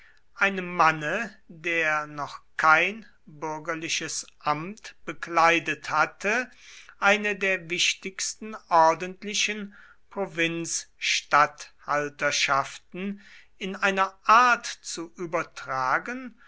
einem manne der noch kein bürgerliches amt bekleidet hatte eine der wichtigsten ordentlichen provinzialstatthalterschaften in einer art zu übertragen